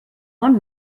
bon